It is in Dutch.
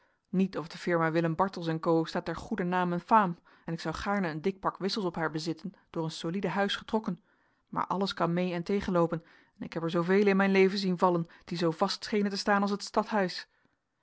niet of de firma willem bartelsz en co staat ter goeder naam en faam en ik zou gaarne een dik pak wissels op haar bezitten door een solide huis getrokken maar alles kan mee en tegenloopen en ik heb er zoovelen in mijn leven zien vallen die zoo vast schenen te staan als het stadhuis